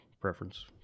preference